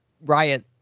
riot